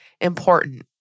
important